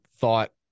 thought